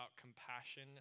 compassion